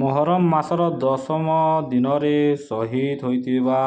ମହରମ ମାସର ଦଶମ ଦିନରେ ଶହୀଦ ହୋଇଥିବା